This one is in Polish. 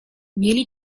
mieli